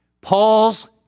Paul's